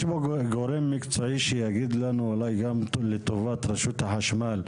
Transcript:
יש פה גורם מקצועי שיגיד לנו אולי גם לטובת רשות החשמל,